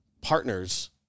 partners